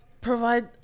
provide